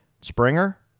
Springer